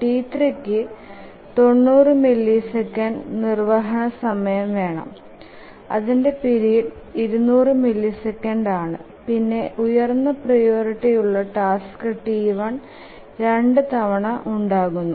T3കു 90മില്ലിസെക്കൻഡ്സ് നിർവഹണ സമയം വേണം അതിന്ടെ പീരീഡ് 200 milliseconds ആണ് പിന്നെ ഉയർന്ന പ്രിയോറിറ്റി ഉള്ള ടാസ്ക് T1 2 തവണ ഉണ്ടാകും